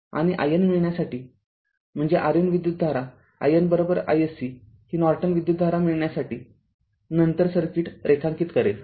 आणि IN मिळण्यासाठी म्हणजे RN विद्युतधारा INiSC ही नॉर्टन विद्युतधारा मिळण्यासाठी नंतर सर्किट रेखांकित करेल